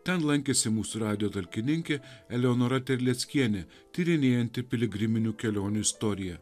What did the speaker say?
ten lankėsi mūsų radijo talkininkė eleonora terleckienė tyrinėjanti piligriminių kelionių istoriją